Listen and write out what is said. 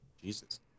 Jesus